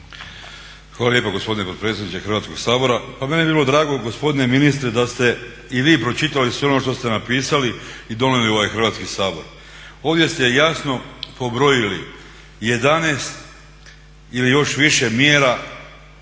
Hvala lijepo gospodine potpredsjedniče Hrvatskog sabora.